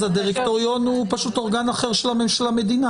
אז הדירקטוריון הוא פשוט אורגן אחר של המדינה.